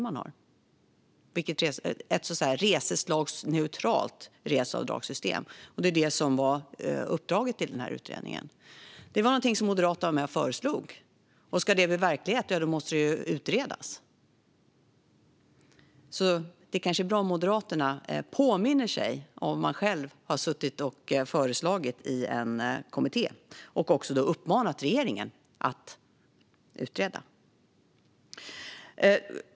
Reseavdraget skulle göras reseslagsneutralt, och det var uppdraget till utredningen. Detta var Moderaterna med och föreslog, och ska det kunna bli verklighet måste det utredas. Det vore bra om Moderaterna påminner sig om vad de själva föreslagit i en kommitté och dessutom uppmanat regeringen att utreda.